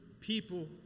People